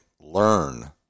learn